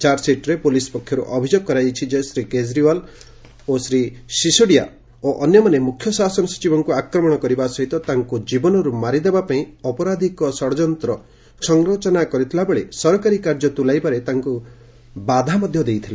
ଚାର୍ଜସିଟ୍ରେ ପ୍ରଲିସ୍ ପକ୍ଷର୍ ଅଭିଯୋଗ କରାଯାଇଛି ଯେ ଶ୍ରୀ କେଜରିଓ୍ବାଲ୍ ସିଶୋଡିଆ ଓ ଅନ୍ୟମାନେ ମୁଖ୍ୟ ଶାସନ ସଚିବଙ୍କୁ ଆକ୍ରମଣ କରିବା ସହିତ ତାଙ୍କୁ ଜୀବନରୁ ମାରିଦେବା ପାଇଁ ଅପରାଧୀକ ଷଡ଼ଯନ୍ତ୍ର ସଂରଚନା କରିଥିଲା ବେଳେ ସରକାରୀ କାର୍ଯ୍ୟ ତୁଲାଇବାରେ ତାଙ୍କୁ ବାଧା ମଧ୍ୟ ଦେଇଥିଲେ